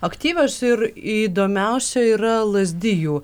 aktyvios ir įdomiausia yra lazdijų